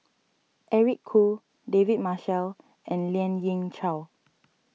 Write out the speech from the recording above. Eric Khoo David Marshall and Lien Ying Chow